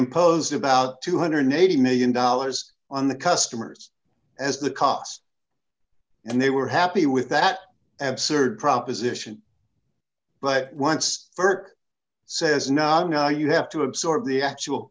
about two hundred and eighty million dollars on the customers as the cost and they were happy with that absolute proposition but once ferk says not now you have to absorb the actual